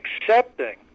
accepting